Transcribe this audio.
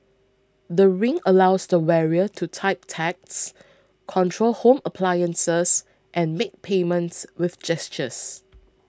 the Ring allows the wearer to type texts control home appliances and make payments with gestures